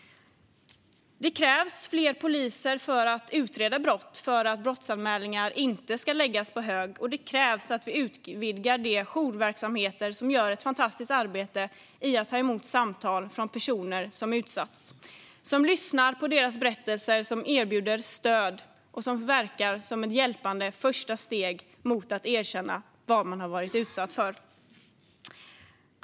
Det krävs fler poliser som utreder brott för att brottsanmälningar inte ska läggas på hög, och det krävs att vi utvidgar de jourverksamheter som gör ett fantastiskt arbete med att ta emot samtal från personer som har utsatts. De lyssnar på deras berättelser, de erbjuder stöd och de verkar som ett hjälpande första steg för att människor ska berätta vad de har utsatts för.